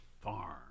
farm